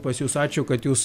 pas jus ačiū kad jūs